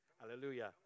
Hallelujah